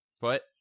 foot